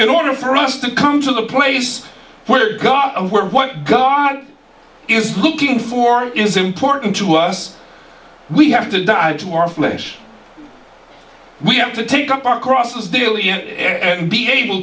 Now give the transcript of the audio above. in order for us to come to the place where god where what god is looking for is important to us we have to die to our flesh we have to take up our crosses daily and be able